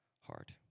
heart